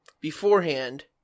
beforehand